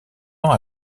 ans